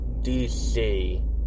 DC